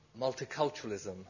multiculturalism